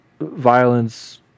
violence